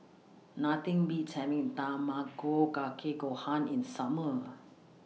Nothing Beats having Tamago Kake Gohan in Summer